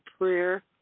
prayer